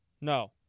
No